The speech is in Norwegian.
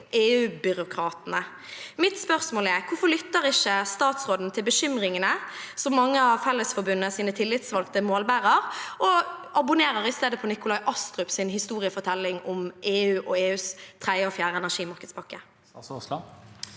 EU-byråkratene. Mitt spørsmål er: Hvorfor lytter ikke statsråden til bekymringene som mange av Fellesforbundets tillitsvalgte målbærer? Han abonnerer i stedet på Nikolai Astrups historiefortelling om EU og EUs tredje og fjerde energimarkedspakke.